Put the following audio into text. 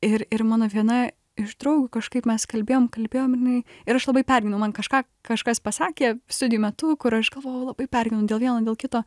ir ir mano viena iš draugių kažkaip mes kalbėjom kalbėjom jinai ir aš labai pergyvenau man kažką kažkas pasakė studijų metu kur aš galvojau labai pergyvenu dėl vieno dėl kito